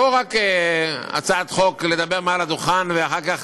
לא רק הצעת חוק ולדבר מעל לדוכן, ואחר כך